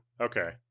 okay